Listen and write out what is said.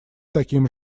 таким